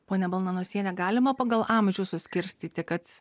ponia balnanosienė galima pagal amžių suskirstyti kad